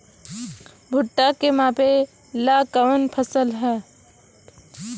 भूट्टा के मापे ला कवन फसल ह?